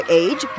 age